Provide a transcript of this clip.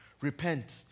repent